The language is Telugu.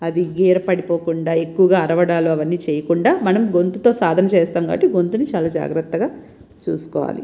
అది గీర పడిపోకుండా ఎక్కువగా అరవడాలు అవన్నీ చేయకుండా మనం గొంతుతో సాధన చేస్తాం కాబట్టి గొంతుని చాలా జాగ్రత్తగా చూసుకోవాలి